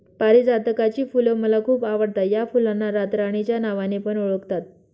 पारीजातकाची फुल मला खूप आवडता या फुलांना रातराणी च्या नावाने पण ओळखतात